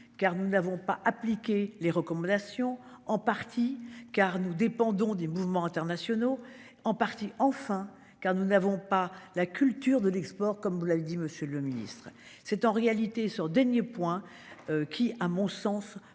car nous n'avons pas appliquer les recommandations en partie car nous dépendons des mouvements internationaux en partie enfin car nous n'avons pas la culture de l'export comme vous l'avez dit, monsieur le Ministre, c'est en réalité sur. Dernier point. Qui à mon sens